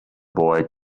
boy